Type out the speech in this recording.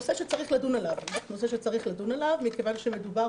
נושא שצריך לדון עליו, מכיוון שמדובר